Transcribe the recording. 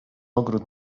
ogród